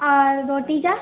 और रोटी जा